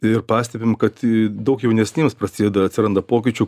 ir pastebim kad daug jaunesniems prasideda atsiranda pokyčių